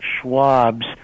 Schwab's